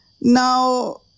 now